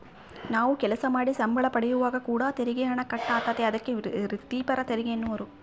ನಾವು ಕೆಲಸ ಮಾಡಿ ಸಂಬಳ ಪಡೆಯುವಾಗ ಕೂಡ ತೆರಿಗೆ ಹಣ ಕಟ್ ಆತತೆ, ಅದಕ್ಕೆ ವ್ರಿತ್ತಿಪರ ತೆರಿಗೆಯೆನ್ನುವರು